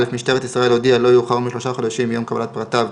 (א) משטרת ישראל הודיעה לא יאוחר משלושה חודשים מיום קבלת פרטיו,